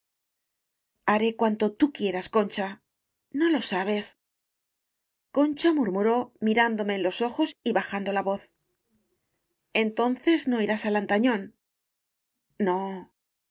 haré cuanto tu quieras concha no lo sabes concha murmuró mirándome en los ojos y bajando la voz entonces no irás á lantañón n o